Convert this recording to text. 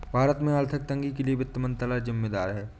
भारत में आर्थिक तंगी के लिए वित्त मंत्रालय ज़िम्मेदार है